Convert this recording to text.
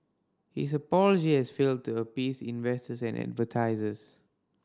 his apology has failed to appease investors and advertisers